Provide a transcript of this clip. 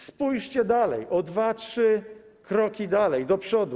Spójrzcie dalej, o dwa, trzy kroki dalej, do przodu.